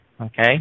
Okay